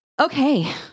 Okay